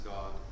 God